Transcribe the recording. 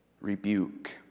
rebuke